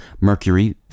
Mercury